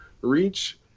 reach –